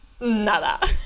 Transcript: nada